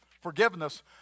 Forgiveness